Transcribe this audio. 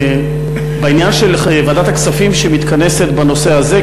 ובעניין של ועדת הכספים שמתכנסת בנושא הזה,